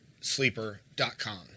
sleeper.com